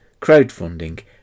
crowdfunding